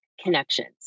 connections